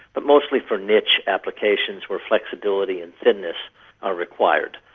but mostly for niche applications where flexibility and thinness are required.